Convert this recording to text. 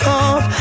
off